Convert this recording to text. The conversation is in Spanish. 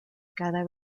cada